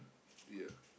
ya